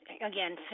Again